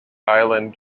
island